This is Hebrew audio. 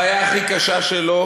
הבעיה הכי קשה שלו